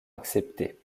accepté